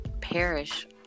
perish